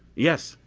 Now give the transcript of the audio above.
yes,